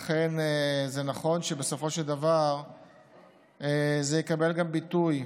לכן, נכון שבסופו של דבר זה יקבל גם ביטוי.